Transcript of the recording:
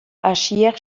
asier